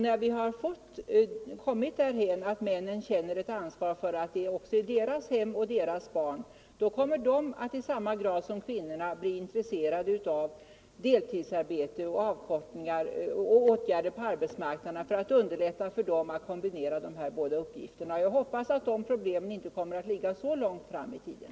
När vi har kommit därhän - mellan män och att männen känner ansvar för hem och barn kommer de att i samma = kvinnor, m.m. grad som kvinnorna bli intresserade av deltidsarbete, avkoppling och åtgärder på arbetsmarknaden som underlättar för dem att kombinera dessa båda uppgifter. Jag hoppas att lösningen på de problemen inte ligger så långt fram i tiden.